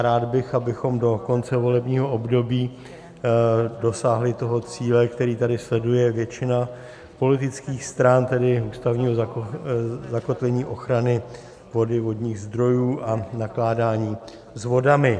Rád bych, abychom do konce volebního období dosáhli cíle, který tady sleduje většina politických stran, tedy zakotvení ochrany vody, vodních zdrojů a nakládání s vodami.